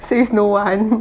says no one